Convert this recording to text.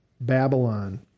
Babylon